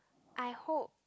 I hope